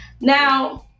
Now